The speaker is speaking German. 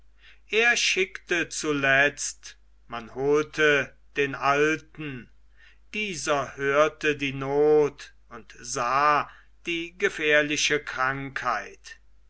er schickte zuletzt man holte den alten dieser hörte die not und sah die gefährliche krankheit